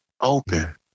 Open